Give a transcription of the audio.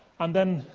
and then,